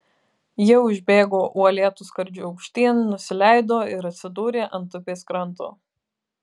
jie užbėgo uolėtu skardžiu aukštyn nusileido ir atsidūrė ant upės kranto